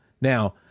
Now